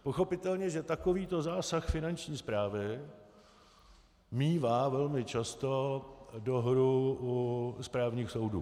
Pochopitelně že takovýto zásah Finanční správy mívá velmi často dohru u správních soudů.